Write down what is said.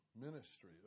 ministry